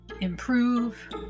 improve